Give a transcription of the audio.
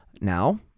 Now